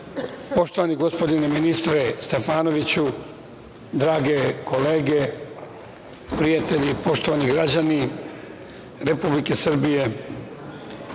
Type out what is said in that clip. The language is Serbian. poštovani gospodine ministre Stefanoviću, drage kolege, prijatelji, poštovani građani Republike Srbije,